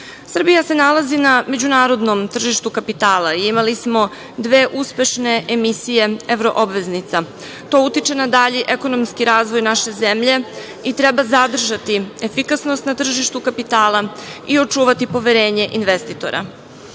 godini. Srbija se nalazi na međunarodnom tržištu kapitala i imali smo dve uspešne emisije evro obveznica. To utiče na dalji ekonomski razvoj naše zemlje i treba zadržati efikasnost na tržištu kapitala i očuvati poverenje investitora. Srbija